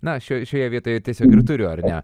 na šio šioje vietoje tiesiog turiu ar ne